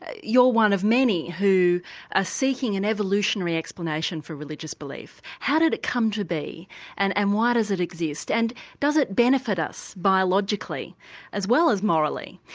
you're one of many who are ah seeking an evolutionary explanation for religious belief. how did it come to be and and why does it exist, and does it benefit us biologically as well as morally?